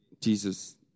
Jesus